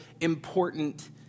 Important